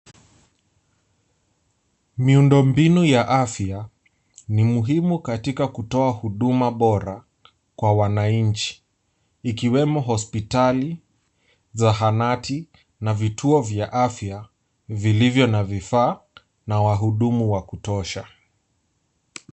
Miundombinu ya afya, ni muhimu katika kutoa huduma bora kwa wananchi, ikiwemo hospitali, zahanati na vituo vya afya vilivyo na vifaa na wahudumu wa kutosha.